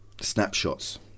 snapshots